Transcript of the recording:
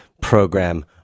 program